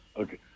Okay